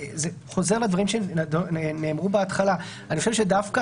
זה חוזר על הדברים שנאמרו בהתחלה אני חושב שדווקא